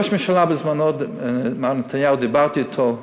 ראש הממשלה, מר נתניהו, בזמנו דיברתי אתו.